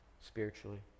spiritually